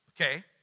Okay